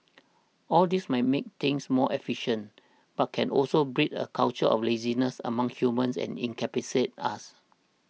all this might make things more efficient but can also breed a culture of laziness among humans and incapacitate us